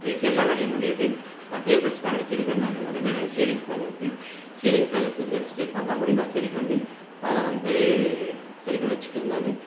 ஈஸியாக எல்லா வேலையும் முடியுது அது டேபிள்ஸ் ஃபேன் வச்சிருக்கேன் நான் அதேமாரி சீலிங் ஃபேன் இருக்குது சீலிங் ஃபேனில் சின்னச் சின்ன மிஸ்டேக் வந்தால் கூட நான் சரி பண்ணி அதை வந்து சரி பண்ணி வச்சிக்கிறேன் நான்